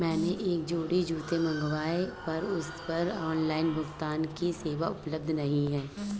मैंने एक जोड़ी जूते मँगवाये हैं पर उस पर ऑनलाइन भुगतान की सेवा उपलब्ध नहीं है